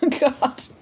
God